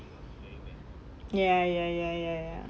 ya ya ya ya ya